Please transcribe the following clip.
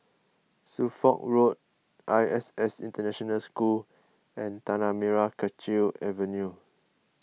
Suffolk Road I S S International School and Tanah Merah Kechil Avenue